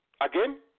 again